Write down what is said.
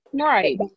right